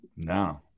No